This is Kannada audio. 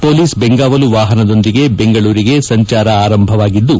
ಹೊಲೀಸ್ ಬೆಂಗಾವಲು ವಾಹನದೊಂದಿಗೆ ಬೆಂಗಳೂರಿಗೆ ಸಂಚಾರ ಆರಂಭವಾಗಿದ್ದು